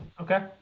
Okay